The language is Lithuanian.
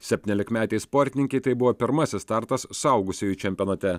septyniolikmetei sportininkei tai buvo pirmasis startas suaugusiųjų čempionate